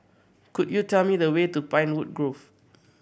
could you tell me the way to Pinewood Grove